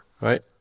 Right